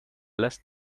last